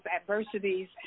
adversities